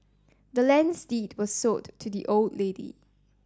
the land's deed was sold to the old lady